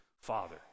father